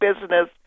business